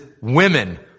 women